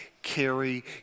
carry